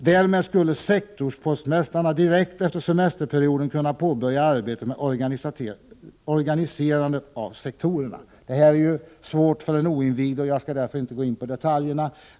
Därmed skulle sektorspostmästarna direkt efter semesterperioden kunna påbörja arbetet med organiserandet av sektorerna.” Detta är svårt för den oinvigde, och jag skall därför inte gå in på detaljerna.